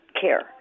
care